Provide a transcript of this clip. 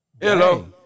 hello